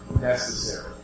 necessary